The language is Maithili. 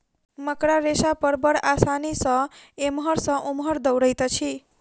मकड़ा रेशा पर बड़ आसानी सॅ एमहर सॅ ओमहर दौड़ैत अछि